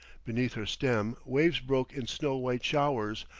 beneath her stem waves broke in snow-white showers,